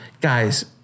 guys